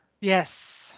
Yes